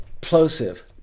Plosive